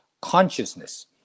consciousness